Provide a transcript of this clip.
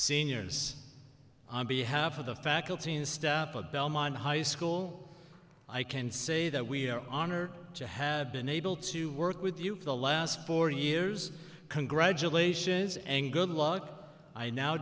seniors on behalf of the faculty and staff of belmont high school i can say that we're honored to have been able to work with you for the last four years congratulations and good luck i now